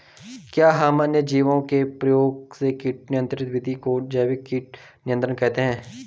क्या हम अन्य जीवों के प्रयोग से कीट नियंत्रिण विधि को जैविक कीट नियंत्रण कहते हैं?